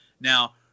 Now